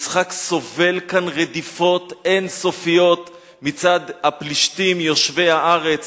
יצחק סובל כאן רדיפות אין-סופיות מצד הפלישתים יושבי הארץ.